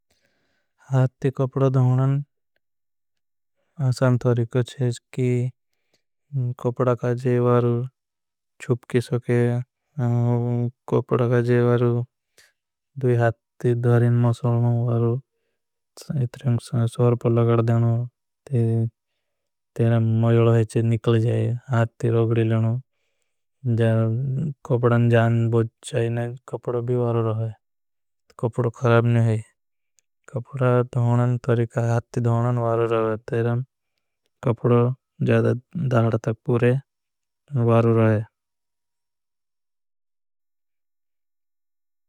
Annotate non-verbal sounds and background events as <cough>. रात ती कोपड़ा दहूनान असान तोरीका शेज की। का जेवारू छूप की सोके कोपड़ा का जेवारू दुई। हाथ <hesitation> ती धूरिन मसल मां वारू। इतने सौर पर लगड़ेन मैल है चे निकल जाए हाथ। ती रोगडी लेन <hesitation> जान बोच चाहिए। कोपड़ा भी वारू रहा है खरब नहीं है कोपड़ा। दहूनान तोरीका हाथ ती धूनान वारू रहा है। जाएदाधार तक पूरे वारू रहा है।